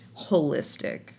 holistic